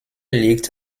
liegt